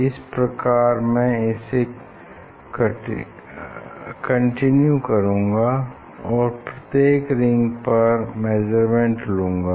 इस प्रकार मैं इसे कंटिन्यू करूँगा और प्रत्येक रिंग पर मेजरमेंट लूंगा